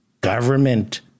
government